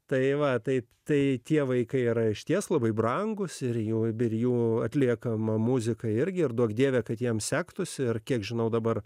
tai va taip tai tie vaikai yra išties labai brangus ir jų ir jų atliekamą muziką irgi ir duok dieve kad jam sektųsi ir kiek žinau dabar